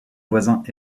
voisins